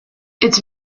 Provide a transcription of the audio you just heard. its